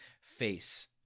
face